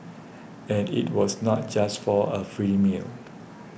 and it was not just for a free meal